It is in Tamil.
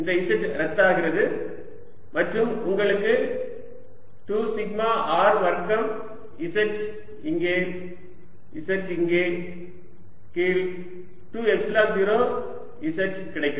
இந்த z ரத்தாகிறது மற்றும் உங்களுக்கு 2 சிக்மா R வர்க்கம் z இங்கே z இங்கே கீழ் 2 எப்சிலன் 0 z கிடைக்கும்